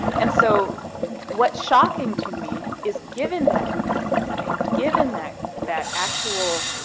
and so what's shocking to me is given that investment, and given that that actual